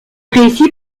réussit